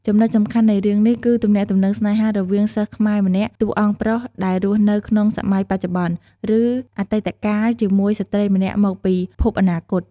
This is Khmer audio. ចំណុចសំខាន់នៃរឿងនេះគឺទំនាក់ទំនងស្នេហារវាង សិស្សខ្មែរម្នាក់ តួអង្គប្រុស ដែលរស់នៅក្នុងសម័យបច្ចុប្បន្ន ឬអតីតកាលជាមួយ ស្រីម្នាក់មកពីភពអនាគត ។